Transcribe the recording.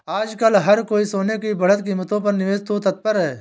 आजकल हर कोई सोने की बढ़ती कीमतों पर निवेश को तत्पर है